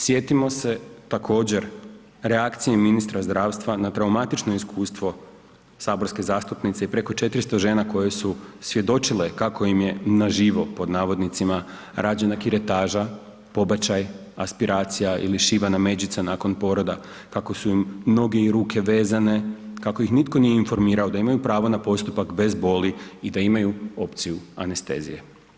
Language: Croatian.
Sjetimo se također reakcije ministra zdravstva na traumatično iskustvo saborske zastupnice i preko 400 žena koje su svjedočile kako im je na živo, pod navodnicima rađena kiretaža, pobačaj, aspiracija ili šivana međica nakon poroda, kako su im noge i ruke vezane, kako ih nitko nije informirao da imaju pravo na postupak bez boli i da imaju opciju anestezije.